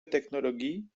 teknologi